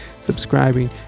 subscribing